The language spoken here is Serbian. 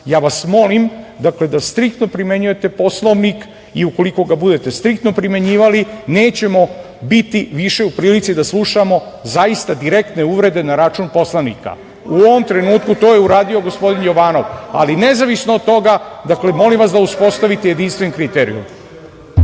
vas molim da striktno primenjujete Poslovnik i ukoliko ga budete striktno primenjivali, nećemo biti više u prilici da slušamo zaista direktne uvrede na račun poslanika. U ovom trenutku to je uradio gospodin Jovanov, ali nezavisno od toga, molim vas da uspostavite jedinstven kriterijum.